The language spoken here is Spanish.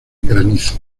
granizo